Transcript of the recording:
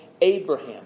Abraham